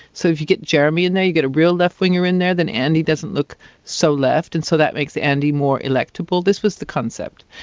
so if you get jeremy in and there, you get a real left-winger in there, then andy doesn't look so left, and so that makes andy more electable. this was the concept.